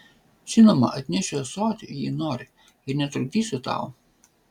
žinoma atnešiu ąsotį jei nori ir netrukdysiu tau